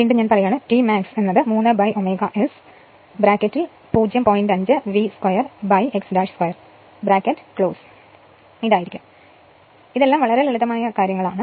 അതുകൊണ്ട് ഇതെല്ലാം ലളിതമായ കാര്യങ്ങളാണ്